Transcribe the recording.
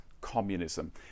communism